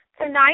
Tonight